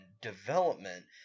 development